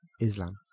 Islam